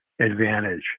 advantage